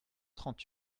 trente